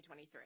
2023